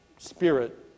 spirit